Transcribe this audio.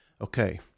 okay